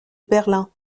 berlin